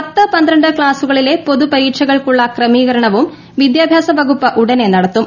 പത്ത് പന്ത്രണ്ട് ക്ലാസുകളിലെ പൊതുപരീക്ഷകൾക്കുള്ള ക്രമീകരണവും വിദ്യാഭ്യാസ വകുപ്പ് ഉടനെ നടത്തും